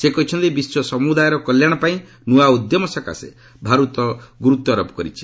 ସେ କହିଛନ୍ତି ବିଶ୍ୱ ସମୁଦାୟର କଲ୍ୟାଣପାଇଁ ନୂଆ ଉଦ୍ୟମ ସକାଶେ ଭାରତ ଗୁରୁତ୍ୱାରୋପ କରିଛି